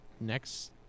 next